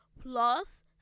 plus